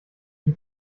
die